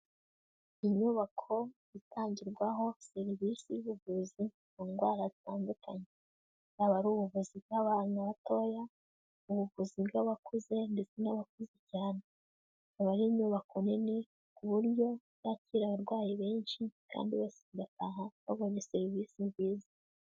Inyubako itangirwaho service y'ubuvuzi ku ndwara zitandukanye bwaba ari ubuvuzi bw'abana batoya, ubuvuzi bw'abakuze ndetse n'abakuze cyane, aba ari inyubako nini ku buryo yakira abarwayi benshi kandi bose bataha babonye service nziza.